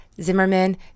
Zimmerman